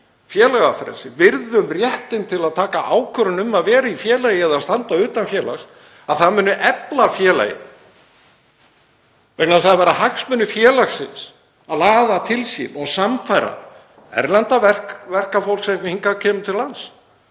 félagafrelsi, virðum réttinn til að taka ákvörðun um að vera í félagi eða standa utan félags, þá muni það efla félagið. Það eiga að vera hagsmunir félagsins að laða til sín og sannfæra erlent verkafólk sem hingað kemur að ganga